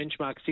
benchmark